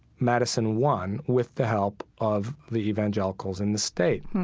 madison won with the help of the evangelicals in the state.